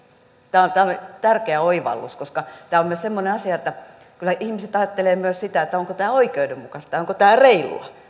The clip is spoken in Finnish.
tämä oli tärkeä oivallus koska tämä on myös semmoinen asia että kyllä ihmiset ajattelevat myös sitä onko tämä oikeudenmukaista onko tämä reilua